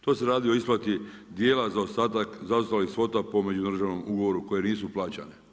To se radi o isplati dijela zaostalih svota po međudržavnom ugovoru koje nisu plaćane.